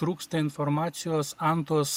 trūksta informacijos antos